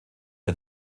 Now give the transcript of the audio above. ein